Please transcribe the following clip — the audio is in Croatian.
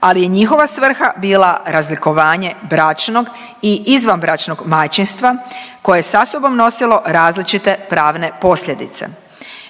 ali je njihova svrha bila razlikovanje bračnog i izvanbračnog majčinstva, koje je sa sobom nosilo različite pravne posljedice.